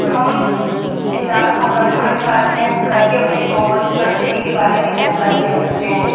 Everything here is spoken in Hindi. हम सितारों ब्रह्माण्ड का अध्ययन करके अपनी भौगोलिक परिस्थिति के बारे में जानकारी ले सकते हैं